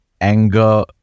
anger